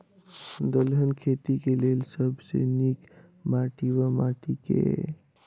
दलहन खेती केँ लेल सब सऽ नीक माटि वा माटि केँ?